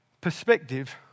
perspective